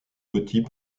petits